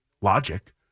logic